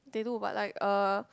they do but like uh